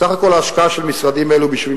סך הכול ההשקעה של משרדים אלו ביישובים